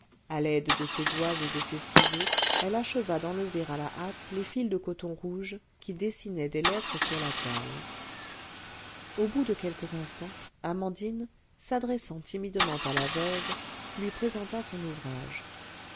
à l'aide de ses doigts et de ses ciseaux elle acheva d'enlever à la hâte les fils de coton rouge qui dessinaient des lettres sur la toile au bout de quelques instants amandine s'adressant timidement à la veuve lui présenta son ouvrage